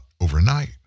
overnight